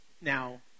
Now